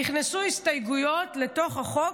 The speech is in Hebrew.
נכנסו הסתייגויות לתוך החוק,